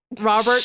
robert